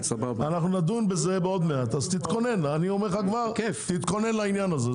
אנחנו נדון בזה עוד מעט, אז תתכונן לעניין הזה.